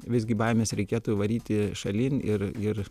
visgi baimes reikėtų varyti šalin ir ir